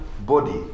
body